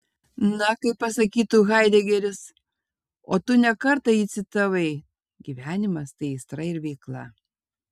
na kaip pasakytų haidegeris o tu ne kartą jį citavai gyvenimas tai aistra ir veikla